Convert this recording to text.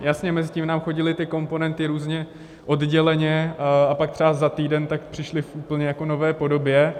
Jasně, mezitím nám chodily ty komponenty různě odděleně a pak třeba za týden přišly v úplně nové podobě.